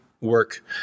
work